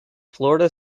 florida